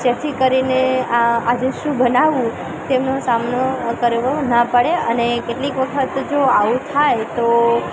જેથી કરીને આ આજે શું બનાવું તેનો સામનો કરવો ન પડે અને કેટલી વખત જો આવું થાય તો